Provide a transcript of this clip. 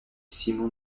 simon